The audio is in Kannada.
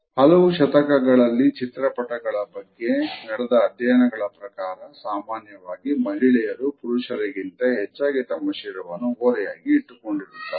ಹಲವು ಶತಕಗಳಲ್ಲಿ ಚಿತ್ರಪಟಗಳ ಬಗ್ಗೆ ನಡೆದ ಅಧ್ಯಯನಗಳ ಪ್ರಕಾರ ಸಾಮಾನ್ಯವಾಗಿ ಮಹಿಳೆಯರು ಪುರುಷರಿಗಿಂತ ಹೆಚ್ಚಾಗಿ ತಮ್ಮ ಶಿರವನ್ನು ಓರೆಯಾಗಿ ಇಟ್ಟುಕೊಂಡಿರುತ್ತಾರೆ